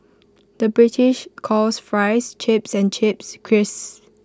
the British calls Fries Chips and Chips Crisps